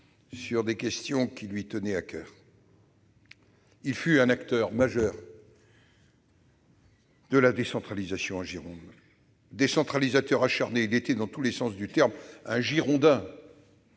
sur des questions qui lui tenaient à coeur. Philippe Madrelle fut un acteur majeur de la décentralisation en Gironde. Décentralisateur acharné, il était, dans tous les sens du terme, un « Girondin